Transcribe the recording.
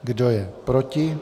Kdo je proti?